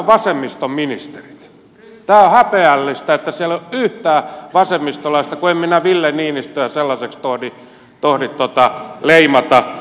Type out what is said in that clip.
tämä on häpeällistä että siellä ei ole yhtään vasemmistolaista kun en minä ville niinistöä sellaiseksi tohdi leimata